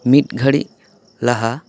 ᱢᱤᱫ ᱜᱷᱟᱹᱲᱤᱠ ᱞᱟᱦᱟ